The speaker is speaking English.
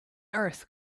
earth